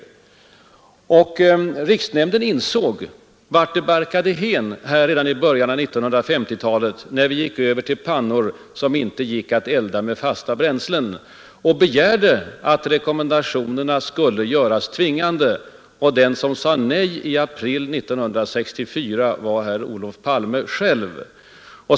Riksnämnden för ekonomisk försvarsberedskap insåg vart det barkade hän redan i början av 1950-talet när vi gick över till pannor som inte gick att elda med fasta bränslen. Nämnden begärde då att rekommendationerna skulle göras tvingande. Den som i april 1964 sade nej till det var herr Olof Palme själv.